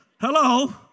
Hello